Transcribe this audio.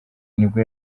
nibwo